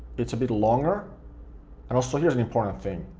it's a bit longer and also here's an important thing,